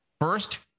First